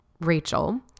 Rachel